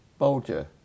Bolger